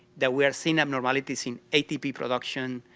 that we are seeing abnormalities in atp production,